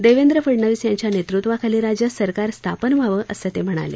देवेंद्र फडनवीस यांच्या नेतृत्वाखत्री राज्यात सरकार स्थापन व्हावं असं ते म्हणाले